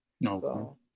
No